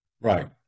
Right